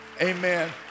amen